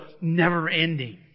never-ending